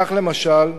כך, למשל,